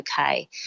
okay